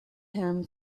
him